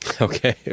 Okay